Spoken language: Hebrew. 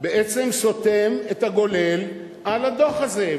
בעצם סותם את הגולל על הדוח הזה,